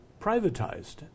privatized